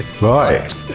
Right